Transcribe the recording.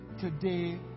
today